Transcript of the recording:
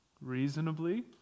reasonably